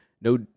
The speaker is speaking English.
no